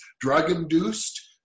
drug-induced